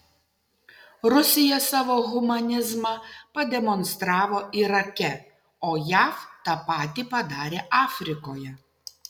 rusija savo humanizmą pademonstravo irake o jav tą patį padarė afrikoje